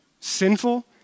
Sinful